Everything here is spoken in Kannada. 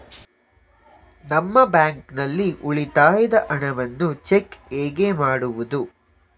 ನಮ್ಮ ಬ್ಯಾಂಕ್ ನಲ್ಲಿ ಉಳಿತಾಯದ ಹಣವನ್ನು ಚೆಕ್ ಹೇಗೆ ಮಾಡುವುದು?